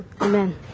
Amen